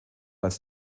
als